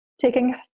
taking